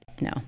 No